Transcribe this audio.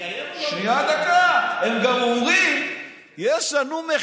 הם גם אומרים יש לנו,